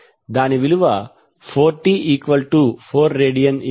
దాని విలువ 4t4rad229